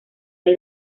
hay